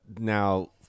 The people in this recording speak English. now